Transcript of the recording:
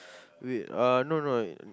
wait uh no no